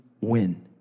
win